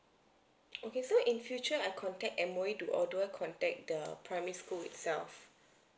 okay so in future I contact M_O_E or do I contact the primary school itself